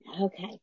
Okay